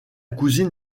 cousine